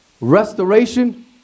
restoration